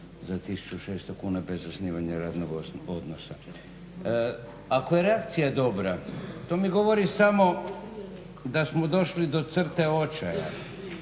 za 1600 kuna bez zasnivanja radnog odnosa. Ako je reakcija dobra, to mi govori samo da smo došli do crte očaja